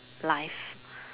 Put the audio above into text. life